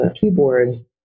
keyboard